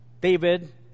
David